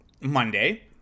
Monday